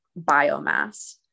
biomass